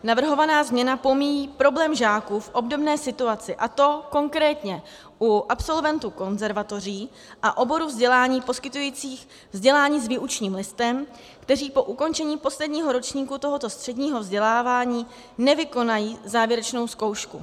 Navrhovaná změna pomíjí problém žáků v obdobné situaci, a to konkrétně u absolventů konzervatoří a oborů vzdělání poskytujících vzdělání s výučním listem, kteří po ukončení posledního ročníku tohoto středního vzdělávání nevykonají závěrečnou zkoušku.